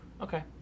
Okay